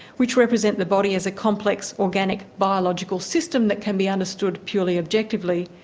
which represent the body as a complex, organic, biological system that can be understood purely objectively,